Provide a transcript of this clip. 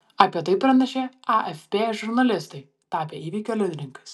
apie tai pranešė afp žurnalistai tapę įvykio liudininkais